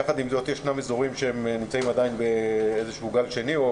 יחד עם זאת יש אזורים שנמצאים עדיין באיזשהו גל שני,